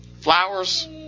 flowers